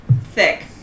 Thick